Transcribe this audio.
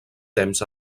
temps